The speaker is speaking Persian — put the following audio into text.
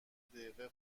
دقیقه